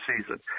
season